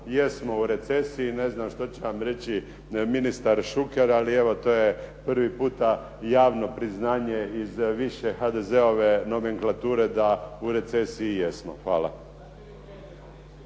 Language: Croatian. jesmo u recesiji, ne znam što će vam reći ministar Šuker, ali evo to je prvi puta javno priznanje iz više HDZ-ove nomenklature da u recesiji jesmo. Hvala.